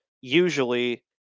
Usually